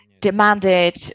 demanded